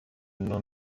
nur